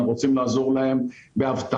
אנחנו רוצים לעזור להם באבטחה,